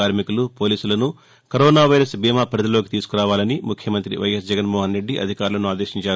కార్శికులు పోలీసులను corona virus బీమా పరిధిలోకి తీసుకురావాలని ముఖ్యమంత్రి వైఎస్ జగన్మోహన్రెడ్లి అధికారులను ఆదేశించారు